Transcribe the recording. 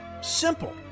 Simple